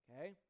Okay